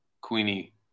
Queenie